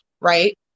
right